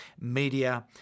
media